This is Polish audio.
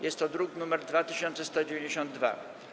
Jest to druk nr 2192.